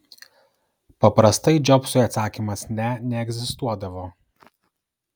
paprastai džobsui atsakymas ne neegzistuodavo